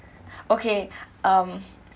okay um